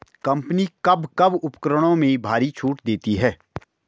Company कब कब उपकरणों में भारी छूट देती हैं?